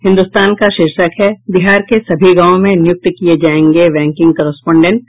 हिन्दुस्तान का शीर्षक है बिहार के सभी गांवों में नियुक्त किये जायेंगे वैंकिंग कॉरेस्पोंडेंट